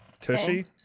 Tushy